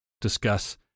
discuss